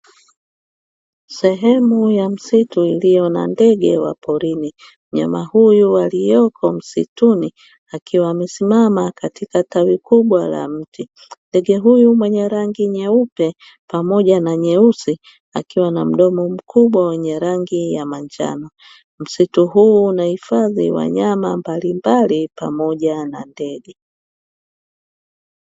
Sehemu ya msitu ilio na ndege wa porini. Mnyama huyu aliyeko msituni akiwa amesimama katika tawi kubwa la mti. Ndege huyu mwenye rangi nyeupe pamoja na nyeusi, akiwa na mdomo mkubwa wenye rangi ya manjano. Msitu huu unahifadhi wanyama mbalimbali pamoja na ndege.